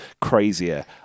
crazier